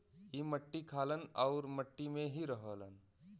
ई मट्टी खालन आउर मट्टी में ही रहलन